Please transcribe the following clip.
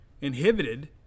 inhibited